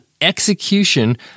execution